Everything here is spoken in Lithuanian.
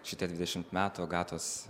šitie dvidešimt metų agatos